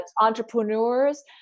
entrepreneurs